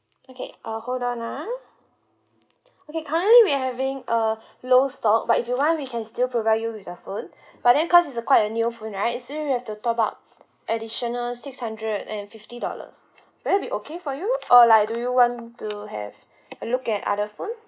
okay uh hold on ah okay currently we having a low stock but if you want we can still provide you with the phone but then cause it's a quite a new phone right so you have to top up additional six hundred and fifty dollar will it be okay for you or like do you want to have a look at other phone